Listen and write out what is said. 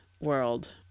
world